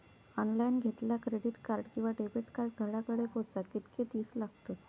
Online घेतला credit card किंवा debit card घराकडे पोचाक कितके दिस लागतत?